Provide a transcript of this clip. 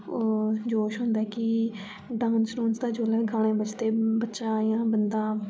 ओह् जोश होंदा की डांस डुनस दा जोल्लै इ'यां गाने बजदे बच्चा इ'यां बंदा